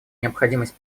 необходимость